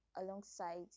alongside